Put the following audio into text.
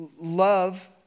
love